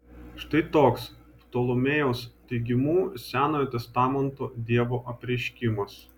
štai toks ptolomėjaus teigimu senojo testamento dievo apreiškimas